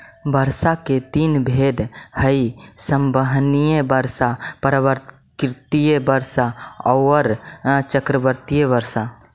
वर्षा के तीन भेद हई संवहनीय वर्षा, पर्वतकृत वर्षा औउर चक्रवाती वर्षा